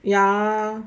ya